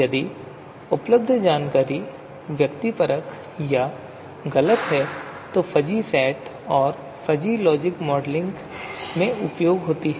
यदि उपलब्ध जानकारी व्यक्तिपरक या गलत है तो फ़ज़ी सेट और फ़ज़ी लॉजिक मॉडलिंग में उपयोगी होते हैं